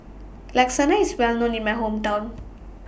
Lasagna IS Well known in My Hometown